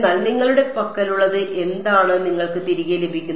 എന്നാൽ നിങ്ങളുടെ പക്കലുള്ളത് എന്താണ് നിങ്ങൾക്ക് തിരികെ ലഭിക്കുന്നത്